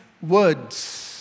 words